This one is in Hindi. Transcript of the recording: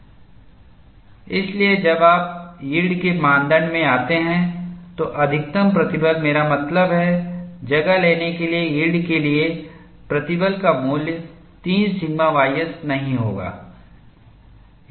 इसलिए जब आप यील्ड के मानदंड में आते हैं तो अधिकतम प्रतिबल मेरा मतलब है जगह लेने के लिए यील्ड के लिए प्रतिबल का मूल्य 3 सिग्मा ys नहीं होगा